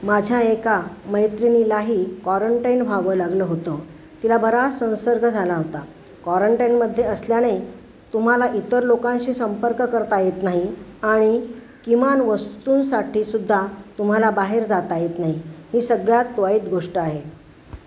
माझ्या एका मैत्रिणीलाही क्वारंटाईन व्हावं लागलं होतं तिला बराच संसर्ग झाला होता क्वारंटाईनमध्ये असल्याने तुम्हाला इतर लोकांशी संपर्क करता येत नाही आणि किमान वस्तूंसाठी सुद्धा तुम्हाला बाहेर जाता येत नाही ही सगळ्यात वाईट गोष्ट आहे